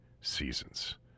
seasons